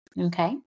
Okay